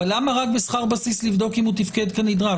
למה רק בשכר בסיס לבדוק אם הוא תפקד כנדרש?